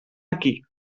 aquí